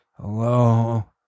Hello